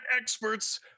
experts